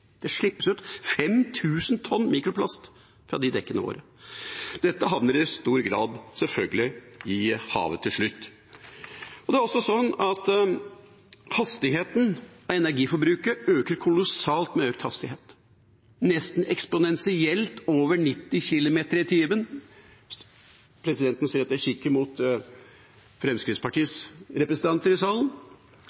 det slippes ut 5 000 tonn mikroplast fra dekkene våre. Dette havner sjølsagt i stor grad til slutt i havet. Det er også sånn at energiforbruket øker kolossalt med økt hastighet, eksponentielt nesten over 90 km/t – presidenten ser at jeg kikker mot